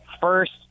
first